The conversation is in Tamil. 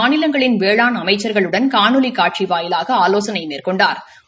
மாநிலங்களின் வேளாண் அமைச்ச்களுடன் காணொலி காட்சி வாயிலாக ஆலோசனை மேற்கொண்டாா்